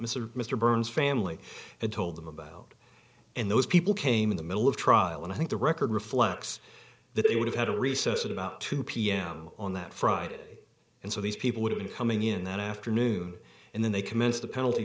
mr mr burns family had told them about and those people came in the middle of trial and i think the record reflects that they would have had a recess at about two pm on that friday and so these people would have been coming in that afternoon and then they commenced the penalty